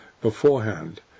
beforehand